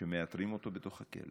שמאתרים אותו בתוך הכלא